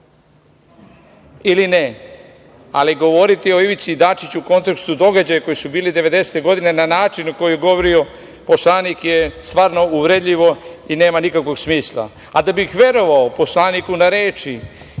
ili ne. Ali, govoriti o Ivici Dačiću u kontekstu događaja koji su bili devedesete godine, na način na koji je govorio poslanik, je stvarno uvredljivo i nema nikakvog smisla. A da bih verovao poslaniku na reči,